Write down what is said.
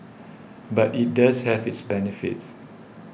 but it does have its benefits